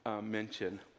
mention